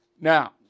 Now